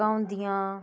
मक्कां हुंदियां